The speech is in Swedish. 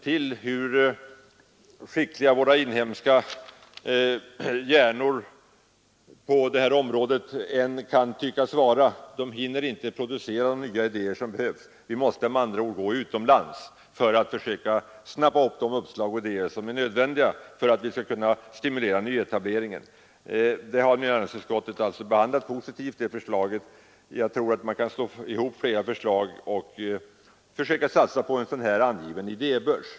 Hur skickliga våra inhemska hjärnor på det här området än tycks vara, så hinner de inte producera de nya snilleblixtar som behövs. Vi måste med andra ord gå utomlands för att försöka snappa upp de uppslag och idéer som är nödvändiga för att vi skall kunna stimulera nyetableringen. främja industriellt utvecklingsarbete Utskottet har alltså behandlat min motion positivt, och jag tror att man kan slå ihop flera förslag och att man bör försöka satsa på en sådan här idébörs.